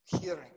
hearing